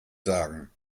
sagen